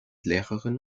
lehrerin